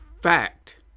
fact